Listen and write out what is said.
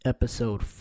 Episode